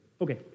Okay